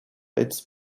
its